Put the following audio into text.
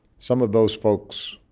some of those folks